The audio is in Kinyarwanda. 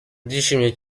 ndishimye